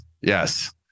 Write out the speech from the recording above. yes